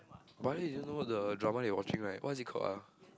why you didn't know the drama they watching right what is it called ah